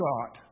God